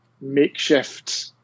makeshift